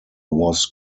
was